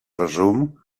resum